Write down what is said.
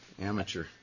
Amateur